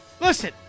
Listen